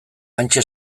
hantxe